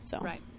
Right